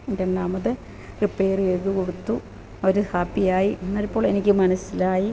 രണ്ടാമത് റിപ്പയറെയ്തു കൊടുത്തു അവര് ഹാപ്പിയായി എന്നാല്പ്പോൾ എനിക്ക് മനസ്സിലായി